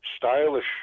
Stylish